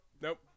nope